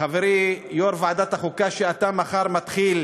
חברי יושב-ראש ועדת החוקה, שמחר מתחיל